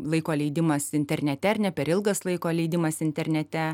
laiko leidimas internete ar ne per ilgas laiko leidimas internete